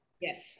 Yes